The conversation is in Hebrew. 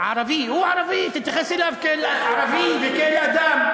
ערבי הוא ערבי, תתייחס אליו כאל ערבי וכאל אדם.